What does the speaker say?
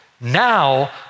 Now